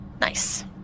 Nice